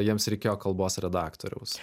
jiems reikėjo kalbos redaktoriaus